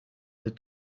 n’est